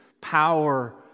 power